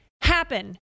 happen